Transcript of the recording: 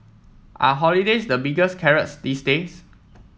are holidays the biggest carrots these days